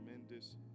tremendous